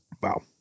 Wow